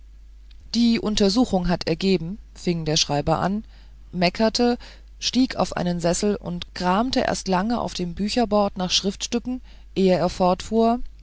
die untersuchung hat ergeben fing der schreiber an meckerte stieg auf einen sessel und kramte erst lange auf dem bücherbord nach schriftstücken ehe er fortfuhr